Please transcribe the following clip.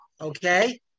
Okay